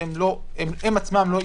שהם עצמם לא אישורים,